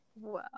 wow